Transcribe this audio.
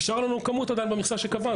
נשאר לנו כמות עדיין במכסה שקבענו.